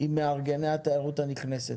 עם מארגני התיירות הנכנסת.